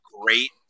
great